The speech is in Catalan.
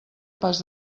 pas